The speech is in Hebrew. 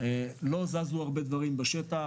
לא זזו הרבה דברים בשטח.